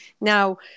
Now